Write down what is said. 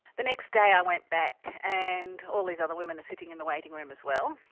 the next day i went back and all these other women are sitting in the waiting room as well.